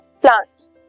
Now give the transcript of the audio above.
plants